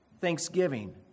thanksgiving